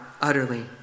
utterly